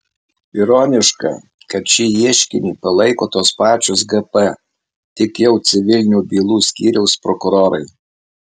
ironiška kad šį ieškinį palaiko tos pačios gp tik jau civilinių bylų skyriaus prokurorai